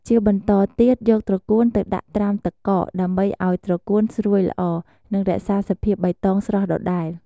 ជាបន្តទៀត យកត្រកួនទៅដាក់ត្រាំទឹកកក ដើម្បីឱ្យត្រកួនស្រួយល្អ និងរក្សាសភាពបៃតងស្រស់ដដែល។